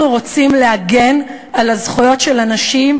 אנחנו רוצים להגן על הזכויות של אנשים,